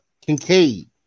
Kincaid